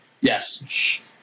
Yes